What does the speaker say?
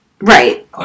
right